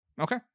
Okay